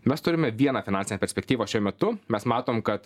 mes turime vieną finansinę perspektyvą šiuo metu mes matom kad